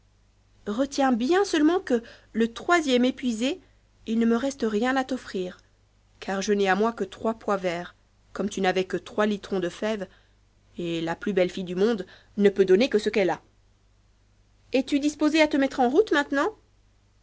rotiens bien seulement que te troisième épuisé il ne me reste rien à t'o mr car je n'ai a moi que trois pois verts comme tu n'avais que trois titrons de fèves et la plus belle fille du monde no peut donner que ce qu'elle a ks tu dispose a te mettre en route maintenant